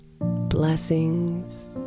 blessings